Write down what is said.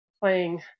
playing